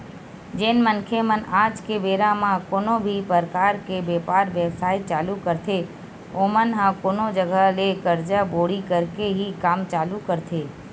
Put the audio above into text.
जेन मनखे मन आज के बेरा म कोनो भी परकार के बेपार बेवसाय चालू करथे ओमन ह कोनो जघा ले करजा बोड़ी करके ही काम चालू करथे